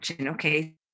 okay